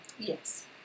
Yes